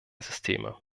systeme